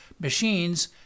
machines